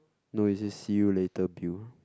no it says see you later Bill